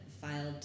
filed